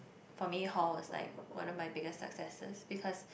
for me hall is like one of my biggest successes because